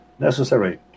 necessary